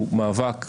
הוא מאבק